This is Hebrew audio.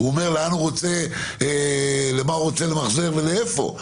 למה הוא רוצה למחזר ואיפה,